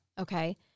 Okay